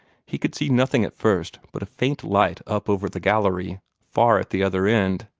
he could see nothing at first but a faint light up over the gallery, far at the other end.